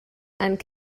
and